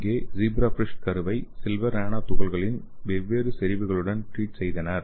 இங்கே ஜீப்ராஃபிஷ் கருவைப் silver nano துகள்களின் வெவ்வேறு செறிவுகளுடன் ட்ரீட் செய்தனர்